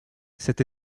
cette